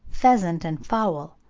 pheasant, and fowl,